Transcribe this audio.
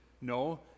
no